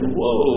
whoa